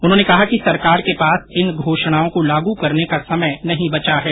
उन्होंने कहा कि सरकार के पास इन घोषणाओं को लागू करने का समय नहीं बचा है